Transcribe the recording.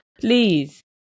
please